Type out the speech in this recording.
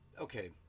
Okay